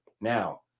now